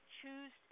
choose